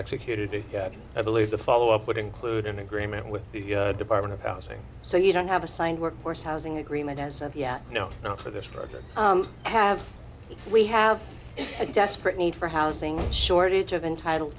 executed i believe the follow up would include an agreement with the department of housing so you don't have a signed workforce housing agreement as of yet no not for this program have we have a desperate need for housing shortage of entitled